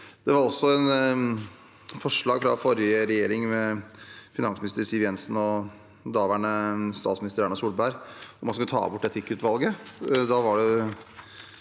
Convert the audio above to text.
Det var også et forslag fra forrige regjering ved daværende finansminister Siv Jensen og statsminister Erna Solberg om å ta bort etikkutvalget.